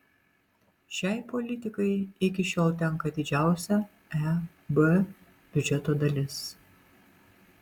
šiai politikai iki šiol tenka didžiausia eb biudžeto dalis